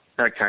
Okay